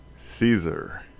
Caesar